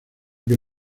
que